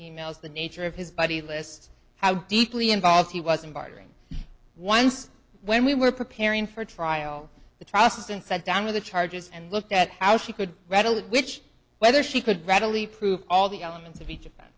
e mails the nature of his buddy list how deeply involved he was in bartering once when we were preparing for trial the trust and set down of the charges and looked at how she could rattle which whether she could readily prove all the elements of each of